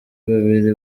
babiri